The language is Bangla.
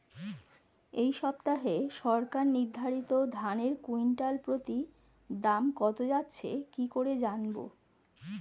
এই সপ্তাহে সরকার নির্ধারিত ধানের কুইন্টাল প্রতি দাম কত যাচ্ছে কি করে জানবো?